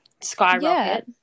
skyrocket